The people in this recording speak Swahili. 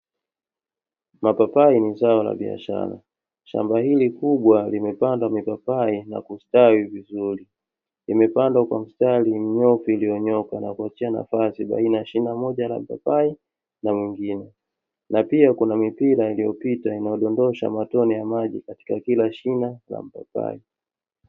Mapapai ni zao la biashara, shamba hili kubwa limepandwa mipapai na kustawi vizuri. Limepandwa kwa mistari minyoofu iliyonyooka na kuachia nafasi baina ya shina moja la papai na jingine, na pia kuna mipira iliyopita inayodondosha matone ya maji katika kila shina la mpapai.